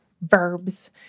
verbs